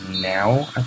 now